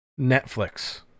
Netflix